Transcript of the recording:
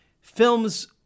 Films